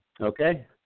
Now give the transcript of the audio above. Okay